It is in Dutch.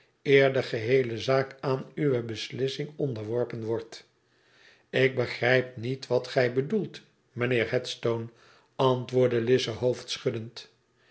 eer de geheele zaak aan uwe beslissing onderworpen wordt ik begrijp niet wat gij bedoelt mijnheer headstone antwoordde